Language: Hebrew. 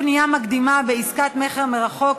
פנייה מקדימה בעסקת מכר מרחוק),